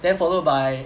then followed by